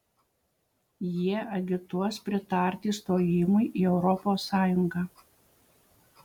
jie agituos pritarti stojimui į europos sąjungą